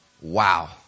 Wow